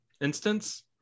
instance